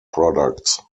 products